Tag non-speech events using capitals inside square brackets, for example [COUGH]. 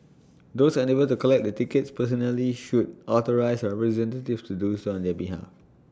those unable to collect their tickets personally should authorise A recent [UNINTELLIGIBLE] to do so on their behalf